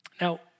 Now